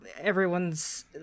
everyone's